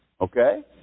okay